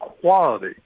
quality